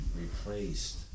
replaced